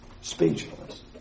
speechless